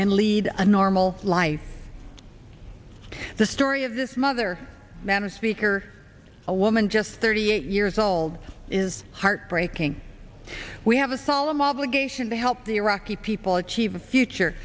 and lead a normal life the story of this mother man a speaker a woman just thirty eight years old is heartbreaking we have a solemn obligation to help the iraqi people achieve a future